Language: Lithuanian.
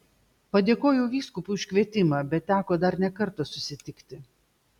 padėkojau vyskupui už kvietimą bet teko dar ne kartą susitikti